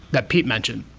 that pete mentioned.